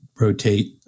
rotate